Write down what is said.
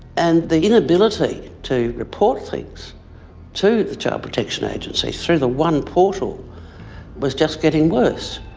and the inability to report things to the child protection agency through the one portal was just getting worse,